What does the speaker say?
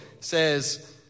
says